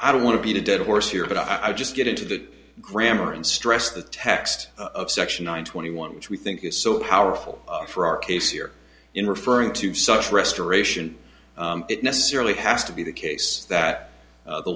i don't want to beat a dead horse here but i'll just get into the grammar and stress the text of section nine twenty one which we think is so powerful for our case here in referring to such restoration it necessarily has to be the case that